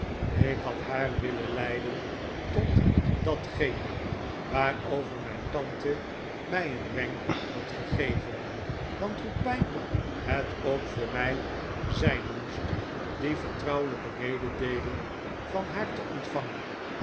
ik had haar willen leiden tot datgene waarover mijn tante mij een wenk had gegeven want hoe pijnlijk het ook voor mij zijn moest die vertrouwelijke mededeeling van haar te ontvangen